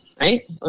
right